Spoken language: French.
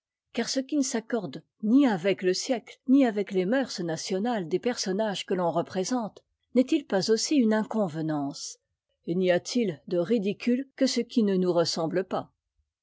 car ce qui ne s'accorde ni avec le siècte ni avec les mœurs nationales des personnages'que l'on représente n'est-il pas aussi une inconvenance et n'y a-t-il de ridicule que ce qui ne nous ressemble pas